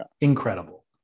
incredible